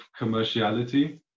commerciality